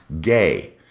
gay